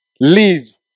leave